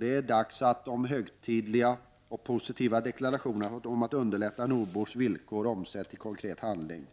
Det är dags att de högtidliga — och positiva — deklarationerna om att underlätta nordbors villkor omsätts i konkret handling.